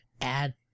add